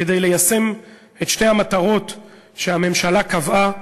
כדי ליישם את שתי המטרות שהממשלה קבעה,